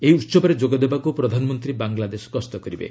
ଏହି ଉତ୍ସବରେ ଯୋଗଦେବାକୁ ପ୍ରଧାନମନ୍ତ୍ରୀ ବାଙ୍ଗଲାଦେଶ ଗସ୍ତ କରିବେ